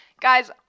Guys